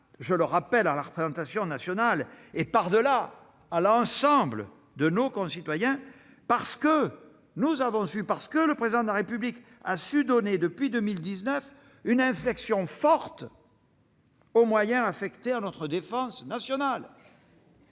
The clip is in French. ici rappeler à la représentation nationale et à l'ensemble de nos concitoyens que, si nous le pouvons, c'est parce que le Président de la République a su donner depuis 2019 une inflexion forte aux moyens affectés à notre défense nationale.